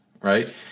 right